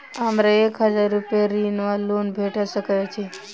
हमरा एक हजार रूपया ऋण वा लोन भेट सकैत अछि?